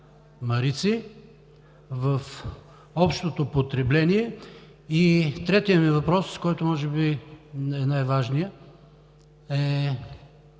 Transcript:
3“ в общото потребление? Третият ми въпрос, който може би е най-важният: